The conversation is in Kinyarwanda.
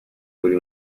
buri